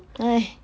!hais!